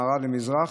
ממערב למזרח,